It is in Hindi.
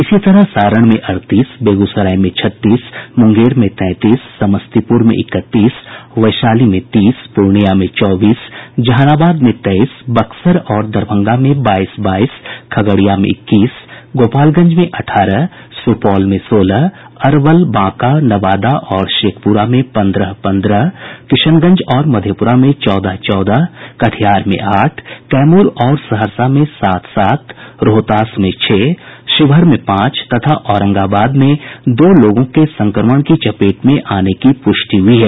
इसी तरह सारण में अड़तीस बेगूसराय में छत्तीस मुंगेर में तैंतीस समस्तीपुर में इकतीस वैशाली में तीस पूर्णिया में चौबीस जहानाबाद में तेईस बक्सर और दरभंगा में बाईस बाईस खगड़िया में इक्कीस गोपालगंज में अठारह सुपौल में सोलह अरवल बांका नवादा और शेखपुरा में पन्द्रह पन्द्रह किशनगंज और मधेप्रा में चौदह चौदह कटिहार में आठ कैमूर और सहरसा में सात सात रोहतास में छह शिवहर में पांच तथा औरंगाबाद में दो लोगों के संक्रमण की चपेट में आने की पुष्टि हुई है